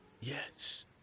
Yes